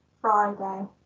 Friday